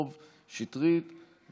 אני אוסיף כמובן את השמות של מי שנמצאים כאן,